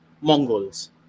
Mongols